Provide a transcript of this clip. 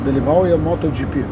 dalyvauja moto džipi